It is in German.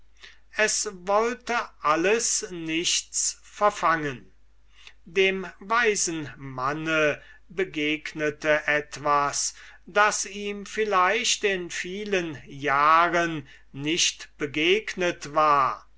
es wollte alles nichts verfangen dem weisen manne begegnete etwas das ihm vielleicht in vielen jahren nicht begegnet war